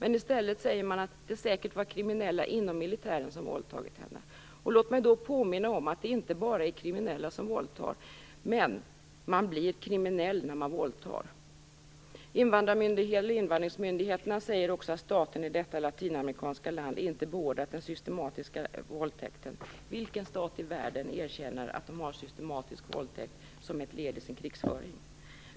I stället säger man att det säkert var kriminella inom militären som våldtog henne. Låt mig då påminna om att det inte bara är kriminella som våldtar, men man blir kriminell när man våldtar. Invandringsmyndigheterna säger också att staten i detta latinamerikanska land inte beordrat den systematiska våldtäkten. Vilken stat i världen erkänner att man har systematisk våldtäkt som ett led i sin krigföring?